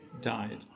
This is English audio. died